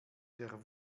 der